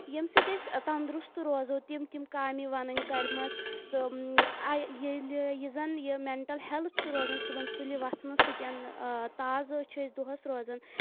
ییٚمۍ سۭتۍ أسۍ تندرُسُت روزو تم تم کامہِ ونِن کرِمژ تہٕ آ ییلہٕ یہِ زن یہِ مینٹل ہیلتھ چھُ روزان صبحن سُلہِ وَتھُنہٕ سۭتۍ تازٕ چھ أسۍ دوہس روزان